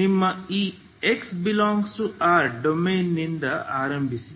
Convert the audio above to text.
ನೀವು ಈ x∈R ಡೊಮೇನ್ನಿಂದ ಆರಂಭಿಸಿ